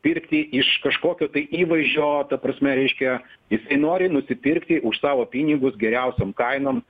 pirkti iš kažkokio tai įvaizdžio ta prasme reiškia jisai nori nusipirkti už savo pinigus geriausiom kainom